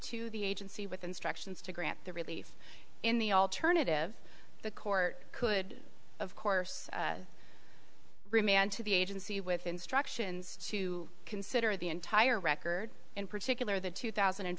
to the agency with instructions to grant the relief in the alternative the court could of course remand to the agency with instructions to consider the entire record in particular the two thousand and